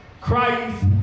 Christ